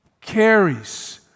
carries